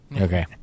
Okay